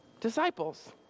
Disciples